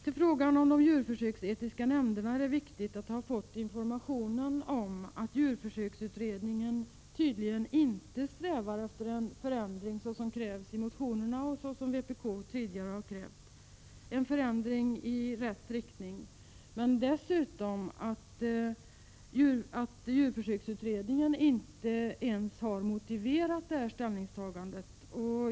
I fråga om de djurförsöksetiska nämnderna är det viktigt att ha fått informationen om att djurförsöksutredningen tydligen inte strävar efter en förändring i rätt riktning som krävs i motionerna och som vpk tidigare har krävt. Dessutom har djurförsöksutredningen inte ens motiverat detta ställningstagande.